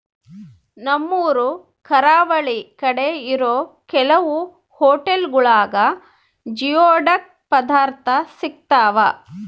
ನಮ್ಮೂರು ಕರಾವಳಿ ಕಡೆ ಇರೋ ಕೆಲವು ಹೊಟೆಲ್ಗುಳಾಗ ಜಿಯೋಡಕ್ ಪದಾರ್ಥ ಸಿಗ್ತಾವ